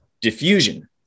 diffusion